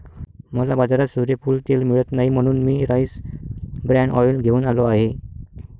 मला बाजारात सूर्यफूल तेल मिळत नाही म्हणून मी राईस ब्रॅन ऑइल घेऊन आलो आहे